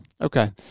Okay